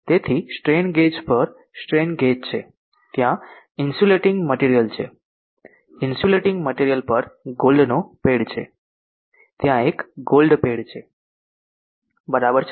તેથી strain gauge પર strain gauge છે ત્યાં ઇન્સ્યુલેટીંગ મટિરિયલ છે ઇન્સ્યુલેટીંગ મટિરિયલ પર ગોલ્ડ નો પેડ છે ત્યાં એક ગોલ્ડ પેડ છે બરાબર છે